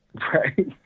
right